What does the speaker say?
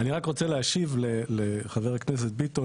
אני רק רוצה להשיב לחבר הכנסת ביטון.